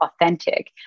authentic